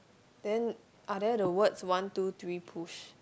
then are there the words one two three push